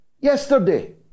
yesterday